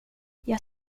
jag